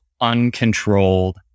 uncontrolled